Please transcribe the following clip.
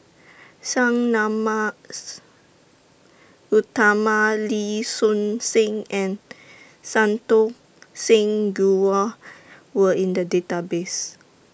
Sang Nama's Utama Lee Choon Seng and Santokh Singh Grewal were in The Database